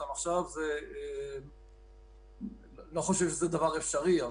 אני לא חושב שזה אפשרי לסגור אותן עכשיו,